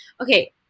Okay